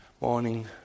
morning